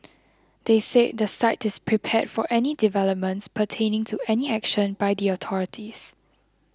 they said the site is prepared for any developments pertaining to any action by the authorities